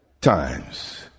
times